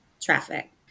traffic